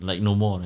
like no more right